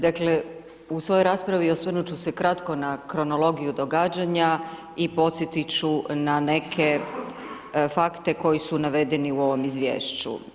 Dakle u svojoj raspravi osvrnut ću se kratko na kronologiju događanja i podsjetit ću na neke fakte koji su navedeni u ovom izvješću.